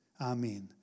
Amen